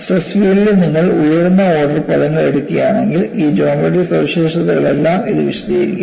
stress ഫീൽഡിൽ നിങ്ങൾ ഉയർന്ന ഓർഡർ പദങ്ങൾ എടുക്കുകയാണെങ്കിൽ ഈ ജോമട്രി സവിശേഷതകളെല്ലാം ഇത് വിശദീകരിക്കും